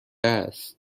است